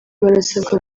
barasabwa